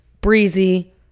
breezy